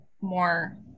more